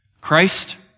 Christ